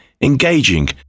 engaging